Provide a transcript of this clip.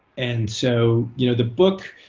and so you know the book,